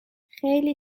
خیلی